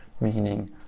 meaning